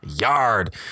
Yard